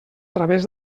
través